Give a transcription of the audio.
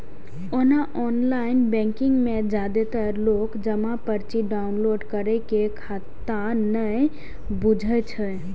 ओना online banking मे जादेतर लोक जमा पर्ची डॉउनलोड करै के खगता नै बुझै छै